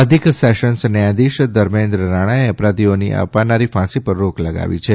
અધિક સેશન્સ ન્યાયધીશ ધર્મેન્દ્ર રાણાએ અપરાધીઓની અપાનારી ફાંસી પર રોક લગાવી છે